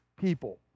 people